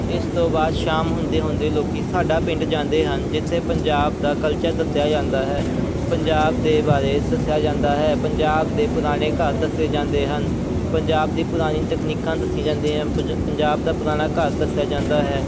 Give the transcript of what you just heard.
ਇਸ ਤੋਂ ਬਾਅਦ ਸ਼ਾਮ ਹੁੰਦੇ ਹੁੰਦੇ ਲੋਕ ਸਾਡਾ ਪਿੰਡ ਜਾਂਦੇ ਹਨ ਜਿੱਥੇ ਪੰਜਾਬ ਦਾ ਕਲਚਰ ਦੱਸਿਆ ਜਾਂਦਾ ਹੈ ਪੰਜਾਬ ਦੇ ਬਾਰੇ ਦੱਸਿਆ ਜਾਂਦਾ ਹੈ ਪੰਜਾਬ ਦੇ ਪੁਰਾਣੇ ਘਰ ਦੱਸੇ ਜਾਂਦੇ ਹਨ ਪੰਜਾ ਪੰਜਾਬ ਦੀ ਪੁਰਾਣੀ ਤਕਨੀਕਾਂ ਦੱਸੀ ਜਾਂਦੀਆਂ ਪੰਜਾ ਪੰਜਾਬ ਦਾ ਪੁਰਾਣਾ ਘਰ ਦੱਸਿਆ ਜਾਂਦਾ ਹੈ